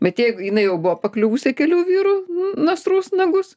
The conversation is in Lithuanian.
bet jeigu jinai jau buvo pakliuvusi kelių vyrų nasrus nagus